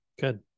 Good